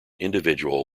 individual